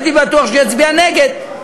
הייתי בטוח שהוא יצביע נגד,